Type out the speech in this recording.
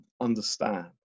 understand